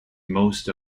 most